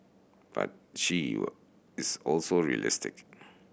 but she your is also realistic